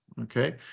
okay